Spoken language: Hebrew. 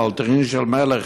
פלטרין של מלך,